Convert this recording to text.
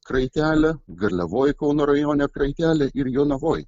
kraitelę garliavoj kauno rajone kraitelę ir jonavoj